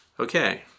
Okay